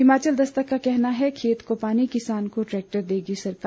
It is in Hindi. हिमाचल दस्तक का कहना है खेत को पानी किसान को ट्रैक्टर देगी सरकार